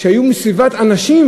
אלא היו מסביבם אנשים,